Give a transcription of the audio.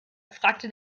fragte